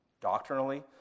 Doctrinally